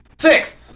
Six